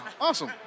awesome